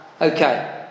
okay